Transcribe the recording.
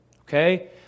Okay